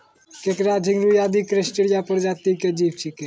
केंकड़ा, झिंगूर आदि क्रस्टेशिया प्रजाति के जीव छेकै